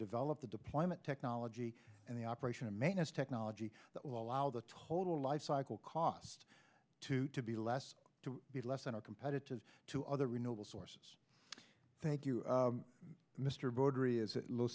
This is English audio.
develop the deployment technology and the operation of maintenance technology that will allow the total life cycle cost to to be less to be less than our competitors to other renewable sources thank you